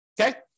okay